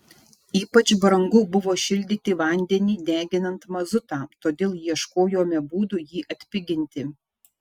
ypač brangu buvo šildyti vandenį deginant mazutą todėl ieškojome būdų jį atpiginti